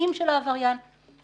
המניעים של העבריין וכו'.